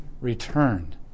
returned